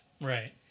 right